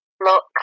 Look